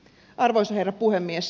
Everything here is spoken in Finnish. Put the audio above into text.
arvoisa herra puhemies